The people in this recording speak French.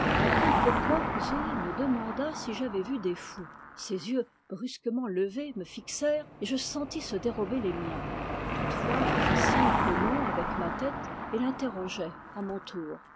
brûle-pourpoint zoé me demanda si j'avais vu des fous ses yeux brusquement levés me fixèrent et je sentis se dérober les miens toutefois je fis signe que non avec ma tête et l'interrogeai à mon tour